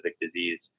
disease